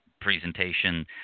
presentation